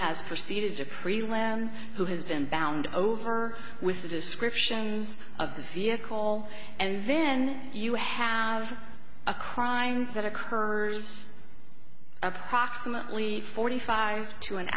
has proceeded to create a lamb who has been bound over with the descriptions of the vehicle and then you have a crime that occurs approximately forty five to an